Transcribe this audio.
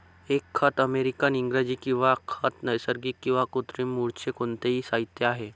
एक खत अमेरिकन इंग्रजी किंवा खत नैसर्गिक किंवा कृत्रिम मूळचे कोणतेही साहित्य आहे